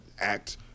act